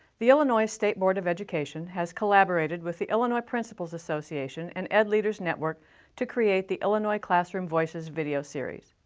the illinois state board of education has collaborated with the illinois principals association and ed leaders network to create the illinois classroom voices video series.